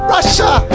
Russia